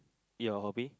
your hobby